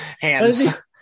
hands